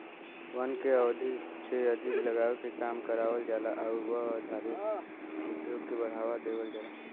वन के अधिक से अधिक लगावे के काम करावल जाला आउर वन आधारित उद्योग के बढ़ावा देवल जाला